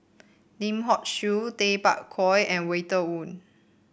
Lim Hock Siew Tay Bak Koi and Walter Woon